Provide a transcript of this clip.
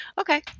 Okay